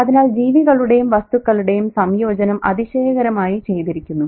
അതിനാൽ ജീവികളുടെയും വസ്തുക്കളുടെയും സംയോജനം അതിശയകരമായി ചെയ്തിരിക്കുന്നു